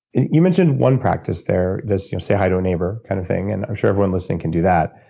you mentioned one practice there. just say hi to a neighbor kind of thing, and i'm sure everyone listening can do that.